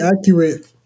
accurate